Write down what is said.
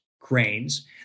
grains